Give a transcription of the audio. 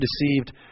deceived